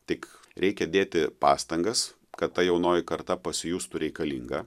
tik reikia dėti pastangas kad ta jaunoji karta pasijustų reikalinga